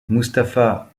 mustapha